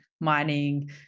mining